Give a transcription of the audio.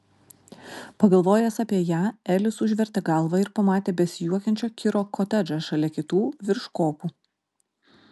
pagalvojęs apie ją elis užvertė galvą ir pamatė besijuokiančio kiro kotedžą šalia kitų virš kopų